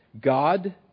God